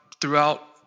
throughout